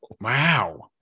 Wow